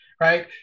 right